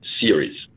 series